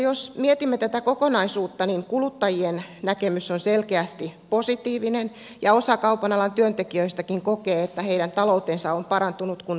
jos mietimme tätä kokonaisuutta niin kuluttajien näkemys on selkeästi positiivinen ja osa kaupan alan työntekijöistäkin kokee että heidän taloutensa on parantunut kun sunnuntaivuoroista saa lisää palkkaa